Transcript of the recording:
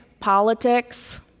politics